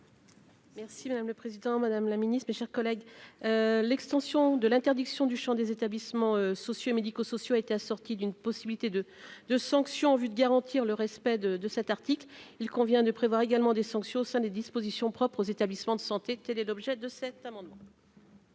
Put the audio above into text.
Merci madame le président, Madame la Ministre, mes chers collègues, l'extension de l'interdiction du chant des établissements sociaux et médico-sociaux a été assortie d'une possibilité de de sanctions, en vue de garantir le respect de de cet article, il convient de prévoir également des sanctions au sein des dispositions propres aux établissements de santé, telle est l'objet de cet amendement.